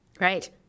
Right